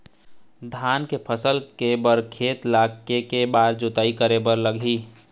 धान फसल के बर खेत ला के के बार जोताई करे बर लगही?